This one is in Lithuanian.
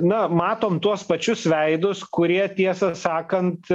na matom tuos pačius veidus kurie tiesą sakant